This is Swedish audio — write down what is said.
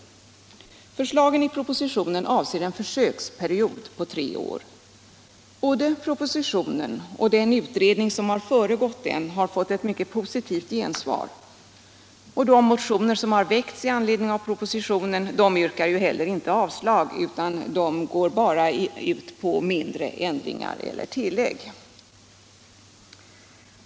Förslagen i propositionen avser en försöksperiod på tre år. Både propositionen och den utredning som föregått denna har fått ett mycket positivt gensvar. De motioner som väckts med anledning av propositionen yrkar heller inte avslag på denna, utan de går bara ut på mindre ändringar eller tillägg.